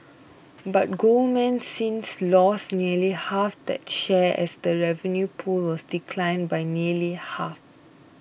but Goldman since lost nearly half that share as the revenue pool has declined by nearly half